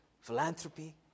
philanthropy